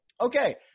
Okay